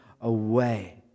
away